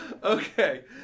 Okay